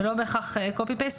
ולא בהכרח copy-paste,